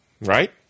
right